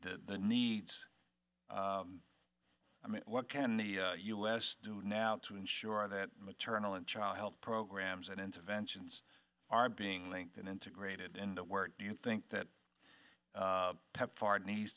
the needs i mean what can the u s do now to ensure that maternal and child health programs and interventions are being linked and integrated and where do you think that pepfar needs